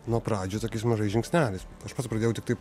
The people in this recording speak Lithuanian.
nuo pradžių tokiais mažais žingsneliais aš pats pradėjau tiktai